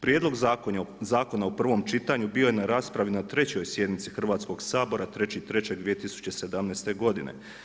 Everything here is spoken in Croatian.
Prijedlog zakona u prvom čitanju bio je na raspravi na trećoj sjednici Hrvatskog sabora 3.3.2017. godine.